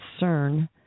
CERN